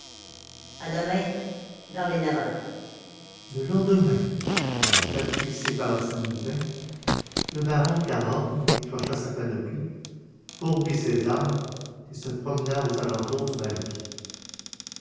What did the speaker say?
à demain vers les neuf heures le lendemain date fixée par arsène lupin le baron cahorn décrocha sa panoplie fourbit ses armes et se promena aux alentours de malaquis